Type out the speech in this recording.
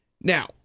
Now